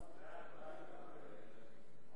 אין נמנעים.